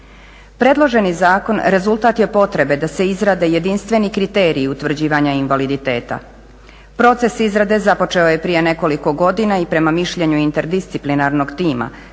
Predloženi zakon rezultat je potrebe da se izrade jedinstveni kriteriji utvrđivanja invaliditeta. Proces izrade započeo je prije nekoliko godina i prema mišljenju interdisciplinarnog tima